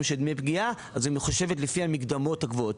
של דמי פגיעה מחושבת לפי המקדמות הגבוהות.